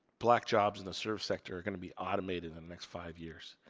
black jobs in the service sector are gonna be automated in the next five years.